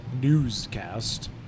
newscast